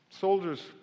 Soldiers